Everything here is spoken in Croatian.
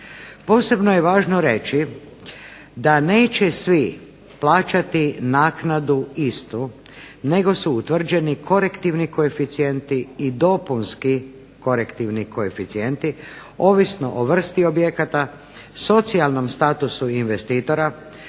Posebno je važno reći da neće svi plaćati naknadu istu nego su utvrđeni korektivni koeficijenti i dopunski korektivni koeficijenti ovisno o vrsti objekata, socijalnom statusu investitora,